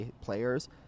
players